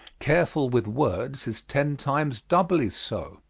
careful with words, is ten times doubly so.